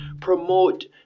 promote